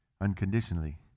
Unconditionally